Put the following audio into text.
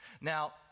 Now